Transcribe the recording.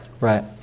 Right